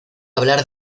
hablar